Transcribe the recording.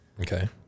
Okay